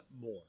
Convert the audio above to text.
more